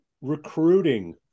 recruiting